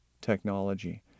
technology